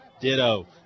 Ditto